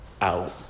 out